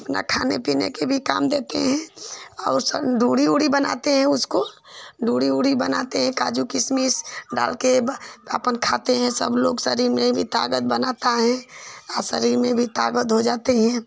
अपना खाने पीने के भी काम देते हैं और सन्दूड़ी ऊड़ी बनाते हैं उसको दूड़ी ऊड़ी बनाते हैं काजू किसमिस डालकर अपना खाते हैं सबलोग शरीर में भी ताक़त बनाती है शरीर में भी ताक़त हो जाती है